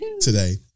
today